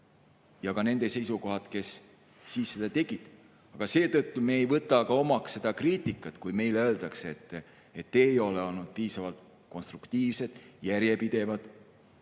Ka nende seisukohad, kes siis seda tegid. Aga seetõttu me ei võta omaks seda kriitikat, kui meile öeldakse, et te ei ole olnud piisavalt konstruktiivsed, järjepidevad